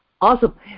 Awesome